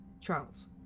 Charles